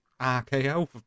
RKO